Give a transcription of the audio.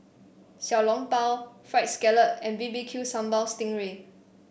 Xiao Long Bao Fried Scallop and B B Q Sambal Sting Ray